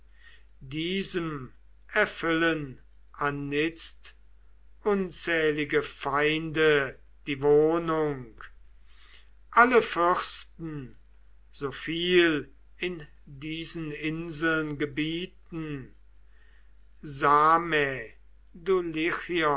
diesem erfüllen anitzt unzählige feinde die wohnung alle fürsten so viel in diesen inseln gebieten